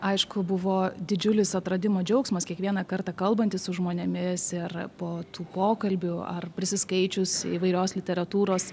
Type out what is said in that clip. aišku buvo didžiulis atradimo džiaugsmas kiekvieną kartą kalbantis su žmonėmis ir po tų pokalbių ar prisiskaičius įvairios literatūros